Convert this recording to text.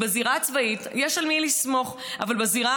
בזירה הצבאית יש על מי לסמוך אבל בזירה